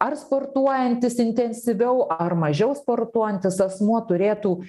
ar sportuojantis intensyviau ar mažiau sportuojantis asmuo turėtų